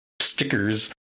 stickers